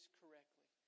correctly